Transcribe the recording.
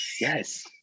Yes